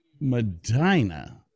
Medina